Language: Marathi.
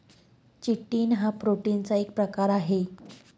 चिटिन हा प्रोटीनचा एक प्रकार आहे